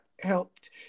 helped